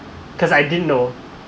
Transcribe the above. cause I didn't know